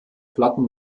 platten